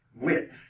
wit